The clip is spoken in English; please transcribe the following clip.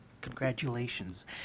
congratulations